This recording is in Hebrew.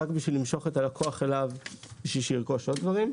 רק בשביל למשוך את הלקוח אליו בשביל שירכוש עוד דברים,